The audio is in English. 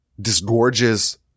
disgorges